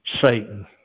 Satan